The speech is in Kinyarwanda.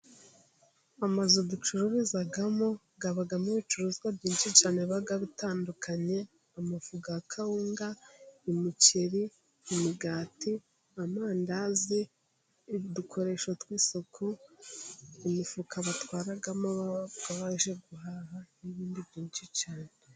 Amazu ducururizamo abamo ibicuruzwa byinshi cyane biba bitandukanye. Amafu ya kawunga, umuceri, imigati, amandazi, udukoresho tw'isuku, imifuka batwaramo baje guhaha n'ibindi byinshi cyane.